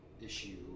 issue